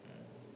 um